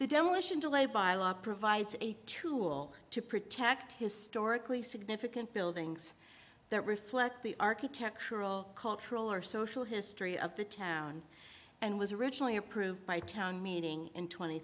the demolition delayed by law provides a tool to protect historically significant buildings that reflect the architectural cultural or social history of the town and was originally approved by town meeting in tw